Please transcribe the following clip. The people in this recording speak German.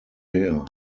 her